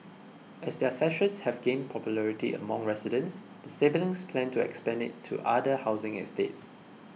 as their sessions have gained popularity among residents the siblings plan to expand it to other housing estates